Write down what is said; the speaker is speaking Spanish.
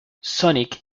sonic